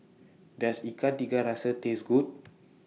Does Ikan Tiga Rasa Taste Good